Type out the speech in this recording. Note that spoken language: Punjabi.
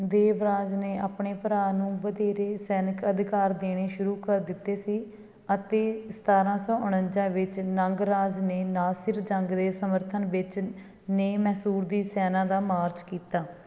ਦੇਵਰਾਜ ਨੇ ਆਪਣੇ ਭਰਾ ਨੂੰ ਵਧੇਰੇ ਸੈਨਿਕ ਅਧਿਕਾਰ ਦੇਣੇ ਸ਼ੁਰੂ ਕਰ ਦਿੱਤੇ ਸੀ ਅਤੇ ਸਤਾਰਾਂ ਸੌ ਉਣੰਜਾ ਵਿੱਚ ਨੰਗਰਾਜ ਨੇ ਨਾਸਿਰ ਜੰਗ ਦੇ ਸਮਰਥਨ ਵਿੱਚ ਨੇ ਮੈਸੂਰ ਦੀ ਸੈਨਾ ਦਾ ਮਾਰਚ ਕੀਤਾ